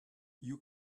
you